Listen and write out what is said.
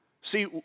see